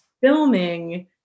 Filming